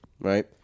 right